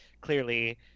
clearly